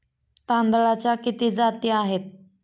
तांदळाच्या किती जाती आहेत?